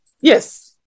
Yes